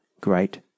great